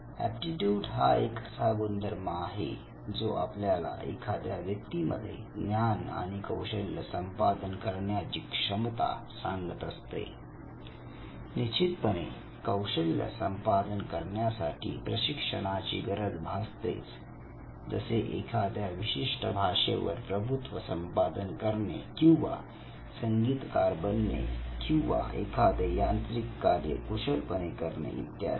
aptitude हा असा एक गुणधर्म आहे जो आपल्याला एखाद्या व्यक्तीमध्ये ज्ञान आणि कौशल्य संपादन करण्याची क्षमता सांगत असते निश्चितपणे कौशल्य संपादन करण्यासाठी प्रशिक्षणाची गरज भासतेच जसे एखाद्या विशिष्ट भाषेवर प्रभुत्व संपादन करणे किंवा संगीतकार बनणे किंवा एखादे यांत्रिक कार्य कुशल पणे करणे इत्यादी